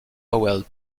pauwels